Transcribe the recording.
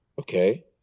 Okay